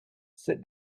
sit